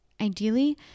ideally